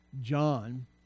John